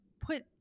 put